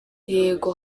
yego